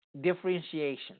differentiation